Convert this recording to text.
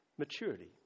Maturity